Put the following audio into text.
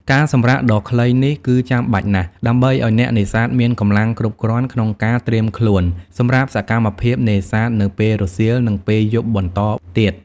ការសម្រាកដ៏ខ្លីនេះគឺចាំបាច់ណាស់ ដើម្បីឲ្យអ្នកនេសាទមានកម្លាំងគ្រប់គ្រាន់ក្នុងការត្រៀមខ្លួនសម្រាប់សកម្មភាពនេសាទនៅពេលរសៀល និងពេលយប់បន្តទៀត។